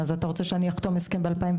אז אתה רוצה שאני אחתום על הסכם ב-2010?